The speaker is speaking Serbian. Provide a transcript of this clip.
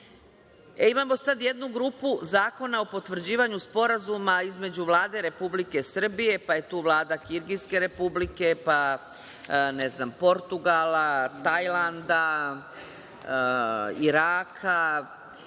sada jednu grupu zakona o potvrđivanju sporazuma između Vlade Republike Srbije, pa je tu Vlada Kirgijske Republike, pa Portugala, Tajlanda, Iraka.